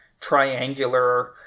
triangular